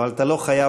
אבל אתה לא חייב